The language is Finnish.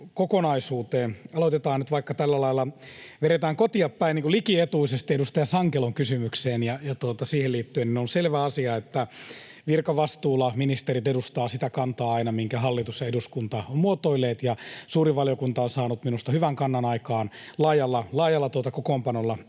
Aloitetaan nyt vaikka tällä lailla, että vedetään kotiin päin likietuisesti ja mennään edustaja Sankelon kysymykseen. On selvä asia, että virkavastuulla ministerit edustavat aina sitä kantaa, minkä hallitus ja eduskunta ovat muotoilleet, ja suuri valiokunta on saanut minusta hyvän kannan aikaan ennallistamiseen